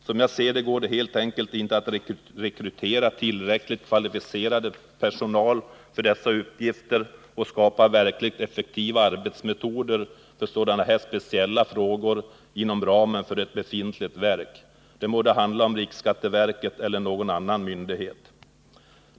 Som jag ser det går det helt enkelt inte att rekrytera tillräckligt kvalificerad personal för dessa uppgifter och skapa verkligt effektiva arbetsmetoder för sådana här speciella frågor inom ramen för ett befintligt verk — det må då handla om riksskatteverket eller någon annan myndighet.